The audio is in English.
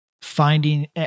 finding